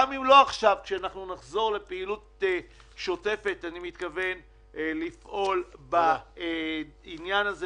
כשנחזור לפעילות שוטפת אני מתכוון לפעול בעניין הזה.